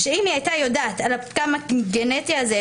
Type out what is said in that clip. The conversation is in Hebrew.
אם היא הייתה יודעת על הפגם הגנטי הזה,